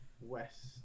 west